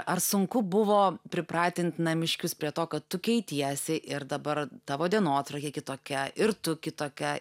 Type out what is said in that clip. ar sunku buvo pripratint namiškius prie to kad tu keitiesi ir dabar tavo dienotvarkė kitokia ir tu kitokia